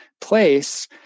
place